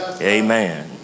Amen